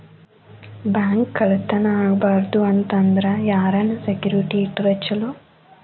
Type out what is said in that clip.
Bank ಕಳ್ಳತನಾ ಆಗ್ಬಾರ್ದು ಅಂತ ಅಂದ್ರ ಯಾರನ್ನ ಸೆಕ್ಯುರಿಟಿ ಇಟ್ರ ಚೊಲೊ?